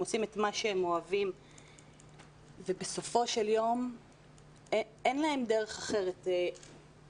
הם עושים את מה שהם אוהבים ובסופו של יום אין להם דרך אחרת להשתכר היום.